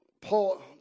Paul